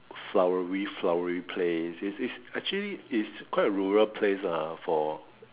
flowery flowery place is is actually is quite a rural place ah for